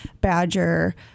badger